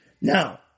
Now